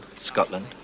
Scotland